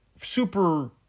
super